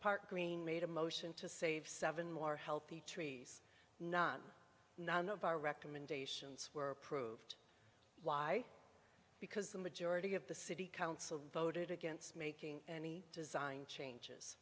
park green made a motion to save seven more healthy trees none none of our recommendations were approved why because the majority of the city council voted against making any design changes